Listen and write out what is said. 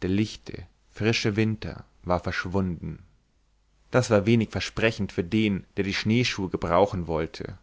der lichte frische winter war verschwunden das war wenig versprechend für den der die schneeschuhe gebrauchen wollte